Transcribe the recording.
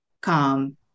come